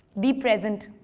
be present.